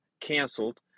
canceled